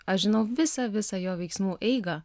aš žinau visą visą jo veiksmų eigą